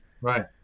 right